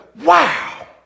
wow